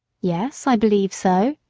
yes, i believe so,